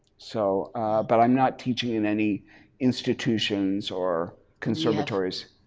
so but i'm not teaching in any institutions or conservatories.